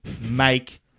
make